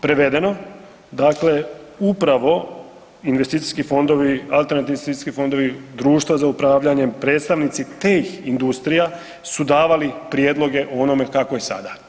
Prevedeno, dakle upravo investicijski fondovi, alternativni investicijski fondovi, društva za upravljanje, predstavnici teh industrija su davali prijedloge onome kako je sada.